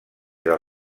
del